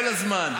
כל הזמן.